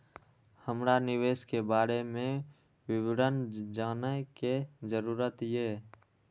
हमरा निवेश के बारे में विवरण जानय के जरुरत ये?